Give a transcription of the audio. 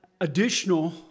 additional